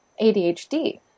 ADHD